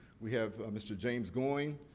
we have mr. james goins,